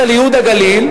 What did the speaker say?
על ייהוד הגליל,